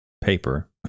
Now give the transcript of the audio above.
paper